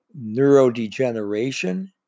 neurodegeneration